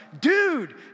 dude